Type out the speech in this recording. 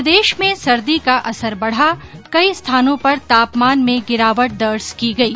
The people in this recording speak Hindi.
प्रदेश में सर्दी का असर बढा कई स्थानों पर तापमान में गिरावट दर्ज की गई